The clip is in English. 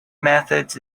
methods